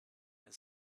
and